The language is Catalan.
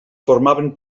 formaven